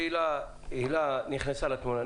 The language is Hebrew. הילה נכנסה לתמונה,